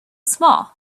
small